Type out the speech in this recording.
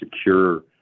secure